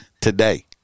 today